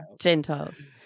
Gentiles